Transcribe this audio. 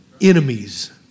enemies